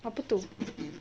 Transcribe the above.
apa tu